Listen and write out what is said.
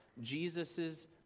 Jesus's